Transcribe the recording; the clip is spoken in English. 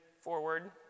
forward